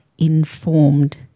...informed